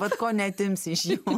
vat ko neatims iš jų